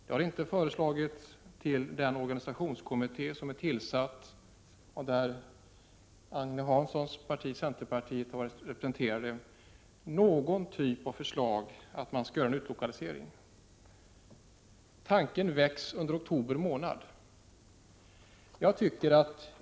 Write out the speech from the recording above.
Det har inte lämnats något förslag till organisationskommittén, där Agne Hanssons parti, centerpartiet, har varit representerat, om att en utlokalisering skulle göras. Tanken har väckts under oktober månad.